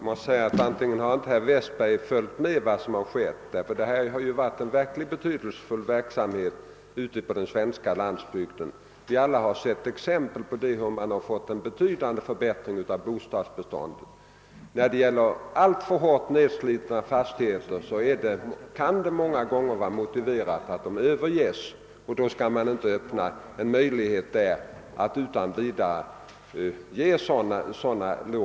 Herr talman! Herr Westberg i Ljusdal har tydligen inte följt med vad som har skett, ty det har försiggått en verkligt betydelsefull verksamhet ute på den svenska landsbygden. Vi har alla sett exempel på en betydande förbättring av bostadsbeståndet. När det gäller alltför hårt nedslitna fastigheter kan det dock många gånger vara motiverat att de överges, och då skall man inte öppna en möjlighet att utan vidare ge lån.